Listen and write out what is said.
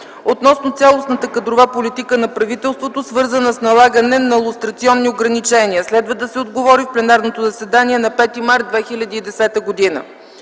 относно цялостната кадрова политика на правителството, свързана с налагане на лустрационни ограничения. Следва да се отговори в пленарното заседание на 5 март 2010 г.